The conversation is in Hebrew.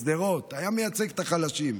היה מייצג את החלשים.